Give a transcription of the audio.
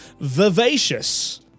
vivacious